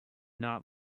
not